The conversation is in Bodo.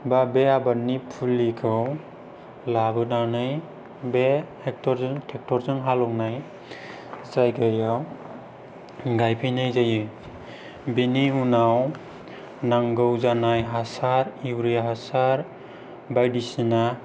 बा बे आबादनि फुलिखौ लाबोनानै बे ट्रेक्ट'रजों हालेवनाय जायगायाव गायफैनाय जायो बेनि उनाव नांगौ जानाय हासार इउरिया हासार बायदिसिना